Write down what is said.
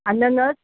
अननस